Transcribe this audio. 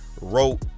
wrote